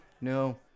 No